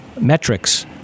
metrics